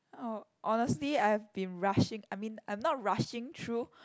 oh honestly I've been rushing I mean I'm not rushing through